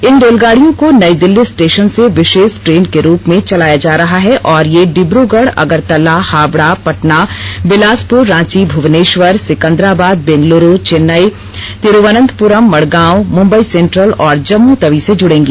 इन रेलगाडियों को नई दिल्ली स्टेशन से विशेष ट्रेन के रूप में चलाया जा रहा है और ये डिब्रुगढ़ अगरतला हावड़ा पटना बिलासपुर रांची भूवनेश्वर सिकन्द्राबाद बेंगलुरू चेन्नई तिरूवन्नतपुरम मड़गांव मुम्बई सेंट्रल और जम्मूतवी से जुड़ेंगी